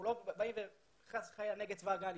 אנחנו לא באים וחס וחלילה נגד צבא הגנה לישראל,